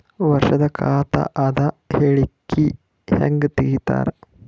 ವರ್ಷದ ಖಾತ ಅದ ಹೇಳಿಕಿ ಹೆಂಗ ತೆಗಿತಾರ?